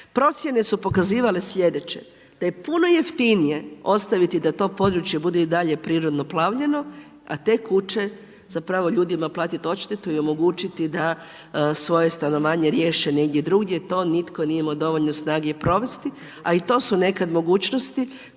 Procjene su pokazivale sljedeće da je puno jeftinije ostaviti da to područje bude i dalje prirodno plavljeno a te kuće zapravo ljudima platiti odštetu i omogućiti da svoje stanovanje riješe negdje drugdje a to nitko nije imao dovoljno snage provesti a i to su nekad mogućnosti